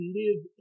live